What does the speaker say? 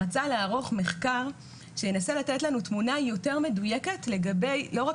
רצה לערוך מחקר שינסה לתת לנו תמונה יותר מדויקת לא רק